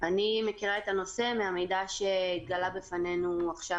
אני מכירה את הנושא מהמידע שהתגלה בפנינו עכשיו